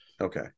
Okay